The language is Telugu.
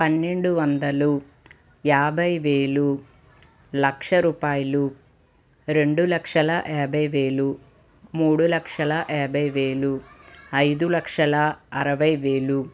పన్నెండు వందలు యాభై వేలు లక్ష రూపాయలు రెండులక్షల యాభై వేలు మూడులక్షల యాభై వేలు ఐదులక్షల అరవైవేలు